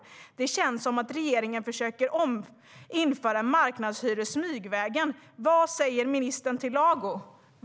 Det känns som att regeringen försöker införa marknadshyror smygvägen. Vad säger ministern till Lago?